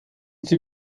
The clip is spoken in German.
sie